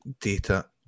data